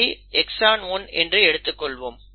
இதை எக்ஸான் 1 என்று எடுத்துக்கொள்வோம்